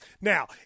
Now